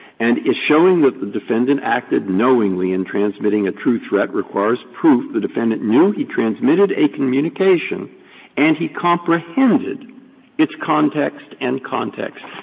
and is showing that the defendant acted knowingly in transmitting a true threat requires proof the defendant knew he transmitted a communication and he comprehended its context and context.